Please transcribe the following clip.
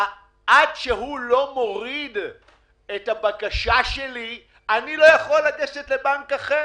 עד שהוא לא מוריד את הבקשה שלי אני לא יכול לגשת לבנק אחר.